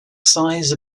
size